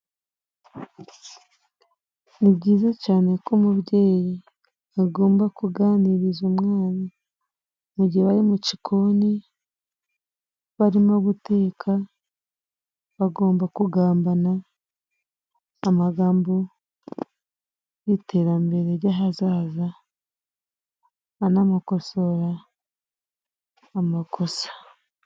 Ni byiza cyane ko umubyeyi agomba kuganiriza umwana mu gihe bari mu gikoni, barimo guteka bagomba kugambana amagambo y'iterambere ry'ahazaza, anamukosora amakosa.